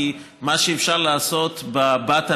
כי מה שאפשר לעשות ב-BAT הרגיל,